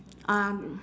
um